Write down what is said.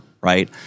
right